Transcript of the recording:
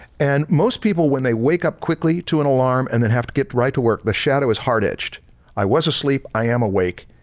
and most people when they wake up quickly to an alarm and then have to get right to work, the shadow is hard edged i was asleep, i am awake.